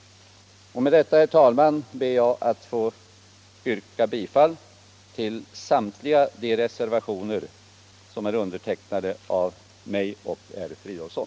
Herr talman! Med detta ber jag att få yrka bifall till samtliga de reservationer som är undertecknade av mig och herr Fridolfsson.